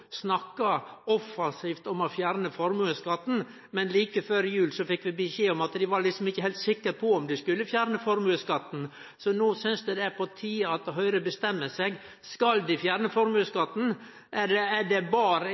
offensivt om å fjerne formuesskatten. Like før jul fekk vi beskjed om at dei ikkje var heilt sikre på om dei skulle fjerne formuesskatten. No synest eg det er på tide at Høgre bestemmer seg: Skal dei fjerne formuesskatten, eller er det